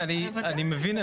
אני מבין.